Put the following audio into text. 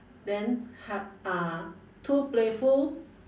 then ha~ uh too playful